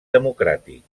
democràtic